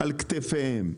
על כתפיהם.